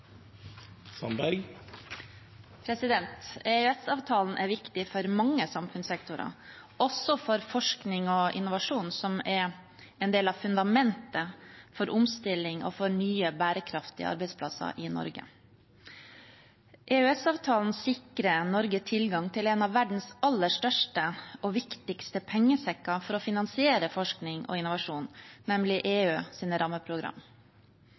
viktig for mange samfunnssektorer, også for forskning og innovasjon, som er en del av fundamentet for omstilling og for nye bærekraftige arbeidsplasser i Norge. EØS-avtalen sikrer Norge tilgang til en av verdens aller største og viktigste pengesekker for å finansiere forskning og innovasjon, nemlig EUs rammeprogram.